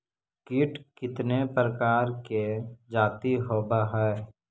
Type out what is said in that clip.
कीट कीतने प्रकार के जाती होबहय?